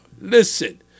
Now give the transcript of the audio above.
Listen